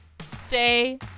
stay